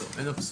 לא, עין הבשור.